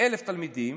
1,000 תלמידים,